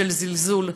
של זלזול.